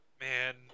Man